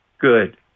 good